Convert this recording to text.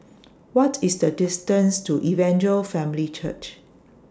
What IS The distance to Evangel Family Church